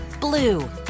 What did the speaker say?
blue